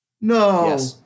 No